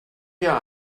wir